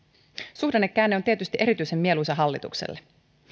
suhdannekäänne on tietysti erityisen mieluisa hallitukselle